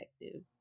effective